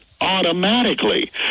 automatically